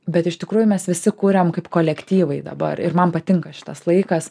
bet iš tikrųjų mes visi kuriam kaip kolektyvai dabar ir man patinka šitas laikas